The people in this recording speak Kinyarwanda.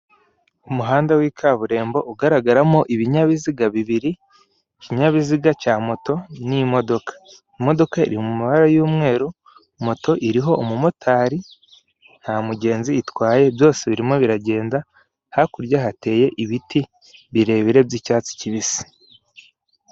Umuhanda w' ikaburimbo, ugaragaramo ibinyabiziga bibiri, ikinyabiziga cya moto n' imodoka. imodoka iri mumabara yumweru, moto iriho umumotari, nta mugenzi itwaye, byose birimo biragenda, hakurya hateye ibiti birebire by' icyatsi kibisi.